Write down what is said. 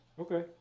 Okay